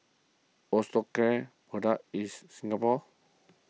Osteocare product is Singapore